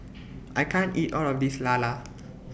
I can't eat All of This Lala